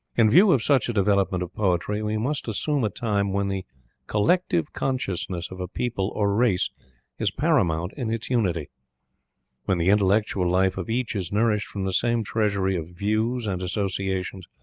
in view of such a development of poetry, we must assume a time when the collective consciousness of a people or race is paramount in its unity when the intellectual life of each is nourished from the same treasury of views and associations,